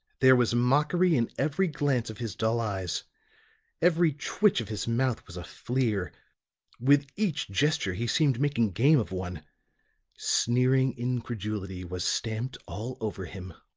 there was mockery in every glance of his dull eyes every twitch of his mouth was a fleer with each gesture he seemed making game of one sneering incredulity was stamped all over him.